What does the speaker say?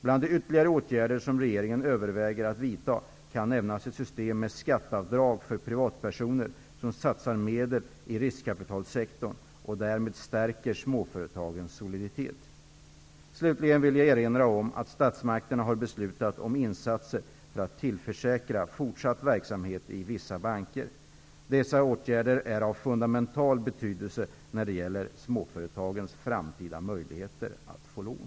Bland de ytterligare åtgärder som regeringen överväger att vidta kan nämnas ett system med skatteavdrag för privatpersoner som satsar medel i riskkapitalsektorn och därmed stärker småföretagens soliditet. Slutligen vill jag erinra om att statsmakterna har beslutat om insatser för att tillförsäkra fortsatt verksamhet i vissa banker. Dessa åtgärder är av fundamental betydelse när det gäller småföretagens framtida möjligheter att få lån.